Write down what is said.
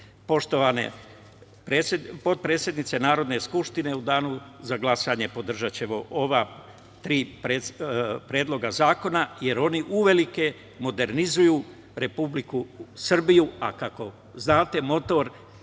Srbije. Poštovana potpredsednice Narodne skupštine, u danu za glasanje, podržaćemo ova tri predloga zakona, jer oni modernizuju Republiku Srbiju, a kako znate motor